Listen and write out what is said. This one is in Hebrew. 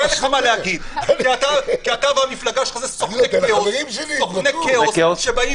אתה והמפלגה שלך משמשים סוכני כאוס שבאים